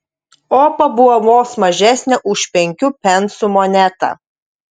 opa buvo vos mažesnė už penkių pensų monetą